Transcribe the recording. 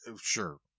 sure